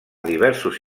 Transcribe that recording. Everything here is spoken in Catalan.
diversos